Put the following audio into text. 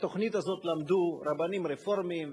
בתוכנית הזאת למדו רבנים רפורמים,